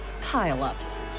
pile-ups